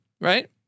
right